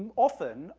often,